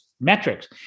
metrics